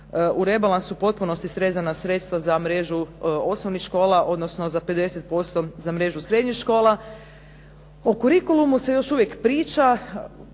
u rebalansu u potpunosti srezana sredstva za mrežu osnovnih škola, odnosno za 50% za mrežu srednjih škola. O curriculumu se još uvijek priča,